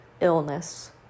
illness